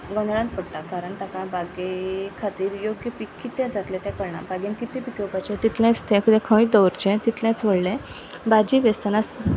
गोंदळांत पडटात कारण ताका बागे खातीर योग्य पिक कितें जातले ते कळना बागेन कितले पिकवपाचे तितलेंच तें खंय दवरचें तितलेंच व्हडलें भाजी वेस्ताना